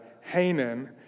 Hanan